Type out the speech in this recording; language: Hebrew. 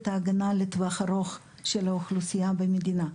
ההגנה לטווח ארוך של האוכלוסייה במדינה.